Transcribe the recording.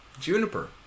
juniper